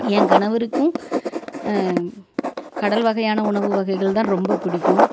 என் கணவருக்கும் கடல் வகையான உணவு வகைகள் தான் ரொம்ப பிடிக்கும்